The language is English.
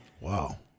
wow